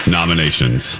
nominations